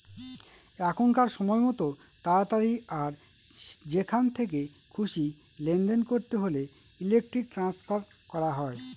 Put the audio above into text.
এখনকার সময়তো তাড়াতাড়ি আর যেখান থেকে খুশি লেনদেন করতে হলে ইলেক্ট্রনিক ট্রান্সফার করা হয়